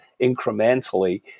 incrementally